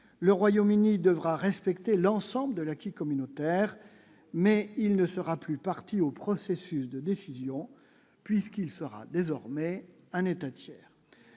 le Royaume-Uni devra respecter l'ensemble de l'acquis communautaire, mais il ne sera plus partie au processus de décision puisqu'il sera désormais années